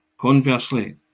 conversely